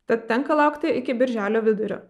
tad tenka laukti iki birželio vidurio